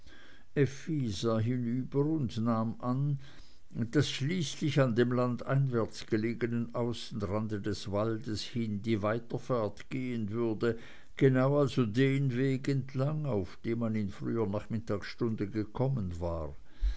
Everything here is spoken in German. hinüber und nahm an daß schließlich an dem landeinwärts gelegenen außenrand des waldes hin die weiterfahrt gehen würde genau also den weg entlang auf dem man in früher nachmittagsstunde gekommen war